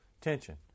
tension